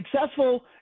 successful